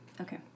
Okay